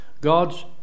God's